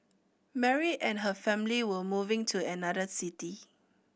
Mary and her family were moving to another city